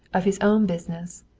of his own business,